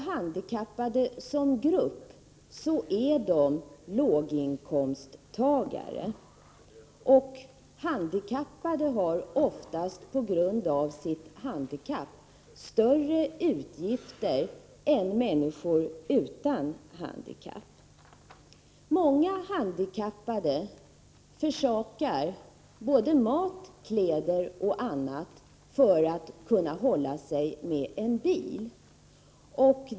Handikappade är som grupp betraktade låginkomsttagare, och handikappade har oftast på grund av sitt handikapp större utgifter än människor utan handikapp. Många handikappade försakar både mat, kläder och annat för att kunna hålla sig med en bil.